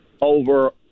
over